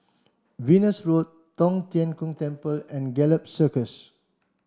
Venus Road Tong Tien Kung Temple and Gallop Circus